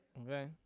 okay